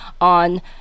on